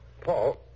Paul